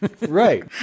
Right